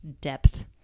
depth